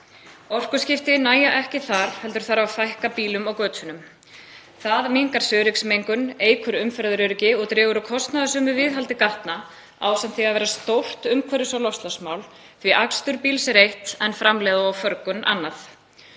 Orkuskipti nægja ekki þar heldur þarf að fækka bílum á götunum. Það minnkar svifryksmengun, eykur umferðaröryggi og dregur úr kostnaðarsömu viðhaldi gatna ásamt því að vera stórt umhverfis- og loftslagsmál því að akstur bíls er eitt en framleiðsla og förgun annað.